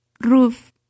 roof